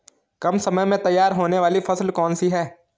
कम समय में तैयार होने वाली फसल कौन सी है?